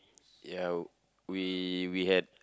ya we we had